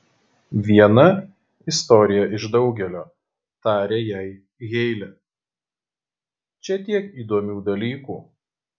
viena istorija iš daugelio tarė jai heile čia tiek įdomių dalykų